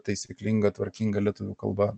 taisyklinga tvarkinga lietuvių kalba